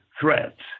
threats